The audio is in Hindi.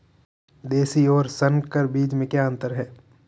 देशी और संकर बीज में क्या अंतर है?